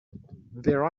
their